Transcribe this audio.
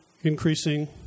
increasing